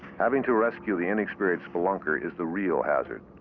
having to rescue the inexperienced spelunker is the real hazard.